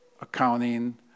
accounting